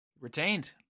Retained